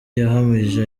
yahamije